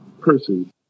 person